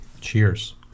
Cheers